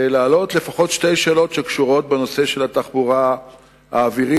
להעלות לפחות שתי שאלות שקשורות לנושא התחבורה האווירית,